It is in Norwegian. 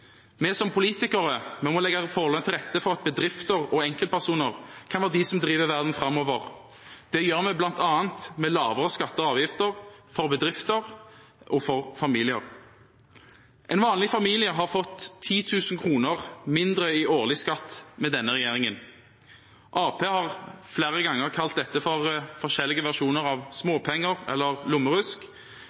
Vi som politikere må legge forholdene til rette for at bedrifter og enkeltpersoner kan være de som driver verden framover. Det gjør vi bl.a. med lavere skatter og avgifter for bedrifter og for familier. En vanlig familie har fått 10 000 kr mindre i årlig skatt med denne regjeringen. Arbeiderpartiet har flere ganger kalt dette for forskjellige versjoner av småpenger eller lommerusk.